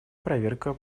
проверка